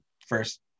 first